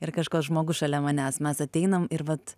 ir kažkoks žmogus šalia manęs mes ateinam ir vat